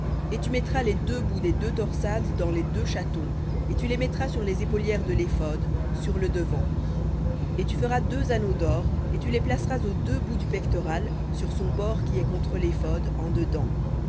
et tu mettras les deux bouts des deux torsades dans les deux chatons et tu les mettras sur les épaulières de l'éphod sur le devant et tu feras deux anneaux d'or et tu les placeras aux deux bouts du pectoral sur son bord qui est contre l'éphod en dedans